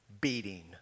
beating